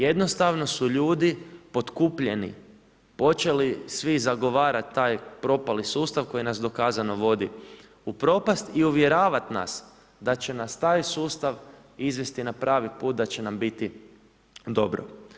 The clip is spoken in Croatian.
Jednostavno su ljudi potkupljeni, počeli svi zagovarati taj propali sustav, koji nas dokazano vodi u propast i uvjeravati nas, da će nas taj sustav izvesti na pravi put da će nam biti dobro.